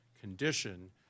condition